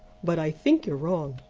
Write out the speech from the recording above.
but i think you're wrong.